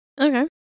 Okay